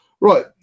Right